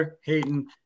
Hayden